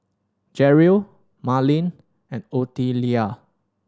Jerrell Marleen and Ottilia